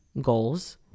goals